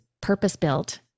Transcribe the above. purpose-built